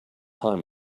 time